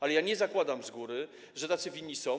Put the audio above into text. Ale ja nie zakładam z góry, że winni są.